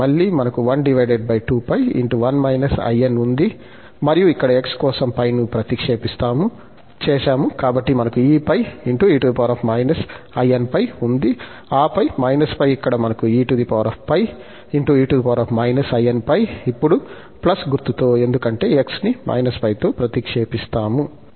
inఉంది మరియు ఇక్కడ x కోసం π ను ప్రతిక్షేపిస్తాము చేసాము కాబట్టి మనకు eπ e−inπ ఉంది ఆపై − π ఇక్కడ మనకు eπ e−inπ ఇప్పుడు గుర్తుతో ఎందుకంటే x ని −π తో ప్రతిక్షేపిస్తాము